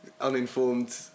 Uninformed